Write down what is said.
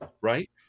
right